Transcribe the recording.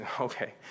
Okay